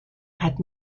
hat